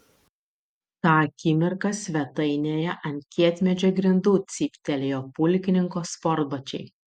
tą akimirką svetainėje ant kietmedžio grindų cyptelėjo pulkininko sportbačiai